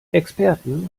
experten